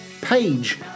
page